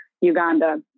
Uganda